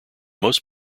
most